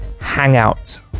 hangout